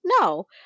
No